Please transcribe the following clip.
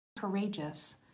courageous